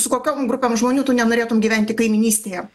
su kokiom grupėm žmonių tu nenorėtum gyventi kaimynystėje